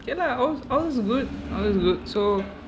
okay lah all~ all's good all is good so